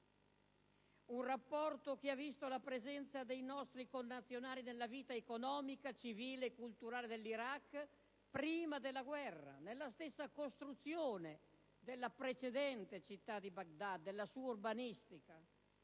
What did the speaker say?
un rapporto che ha visto la presenza dei nostri connazionali nella vita economica, civile e culturale dell'Iraq prima della guerra, nella stessa costruzione della precedente città di Baghdad e nella sua urbanistica,